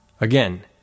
Again